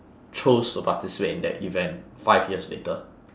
chose to participate in that event five years later